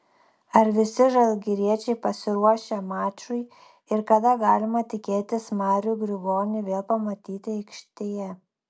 ar visi žalgiriečiai pasiruošę mačui ir kada galima tikėtis marių grigonį vėl pamatyti aikštėje